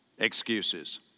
excuses